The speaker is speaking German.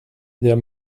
der